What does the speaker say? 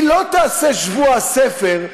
היא לא תעשה שבוע הספר,